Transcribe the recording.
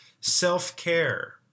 self-care